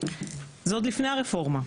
זה עוד לפני הרפורמה,